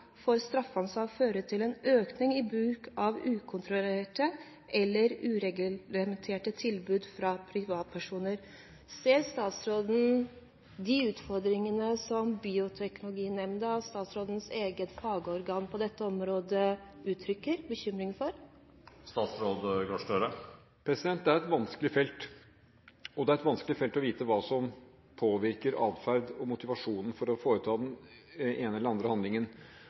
for straffansvar føre til en økning i bruken av ukontrollerte eller uregulerte tilbud fra privatpersoner.» Ser statsråden de utfordringene som Bioteknologinemnda – statsrådens eget fagorgan på dette området – uttrykker bekymring for? Det er et vanskelig felt. Det er et vanskelig felt å vite hva som påvirker adferd og motivasjonen for å foreta den ene eller andre handlingen.